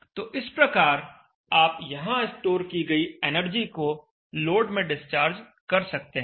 तो इस प्रकार से आप यहां स्टोर की गई एनर्जी को लोड में डिस्चार्ज कर सकते हैं